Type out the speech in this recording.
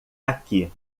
aqui